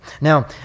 Now